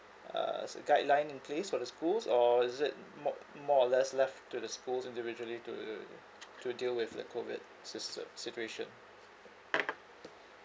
uh s~ guideline in place for the schools or is it more more or less left to the schools individually to to deal with the COVID system situation